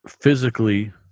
physically